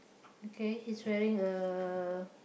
okay he's wearing uh